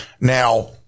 Now